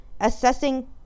assessing